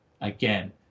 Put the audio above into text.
Again